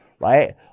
right